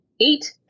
eight